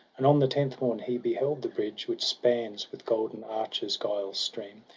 and on the tenth morn he beheld the bridge which spans with golden arches giall's stream.